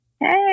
Hey